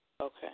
Okay